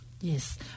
Yes